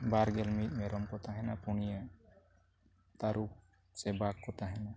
ᱵᱟᱨ ᱜᱮᱞ ᱢᱤᱫ ᱢᱮᱨᱚᱢ ᱠᱚ ᱛᱟᱦᱮᱱᱟ ᱯᱩᱱᱤᱭᱟᱹ ᱛᱟᱹᱨᱩᱵᱽ ᱥᱮ ᱵᱟᱜᱽ ᱠᱚ ᱛᱟᱦᱮᱱᱟ